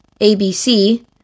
ABC